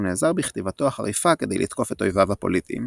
הוא נעזר בכתיבתו החריפה כדי לתקוף את אויביו הפוליטיים.